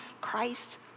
Christ